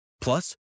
Plus